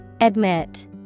admit